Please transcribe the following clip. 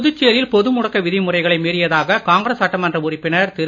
புதுச்சேரியில் பொதுமுடக்க விதி முறைகளை மீறியதாக காங்கிரஸ் சட்டமன்ற உறுப்பினர் திரு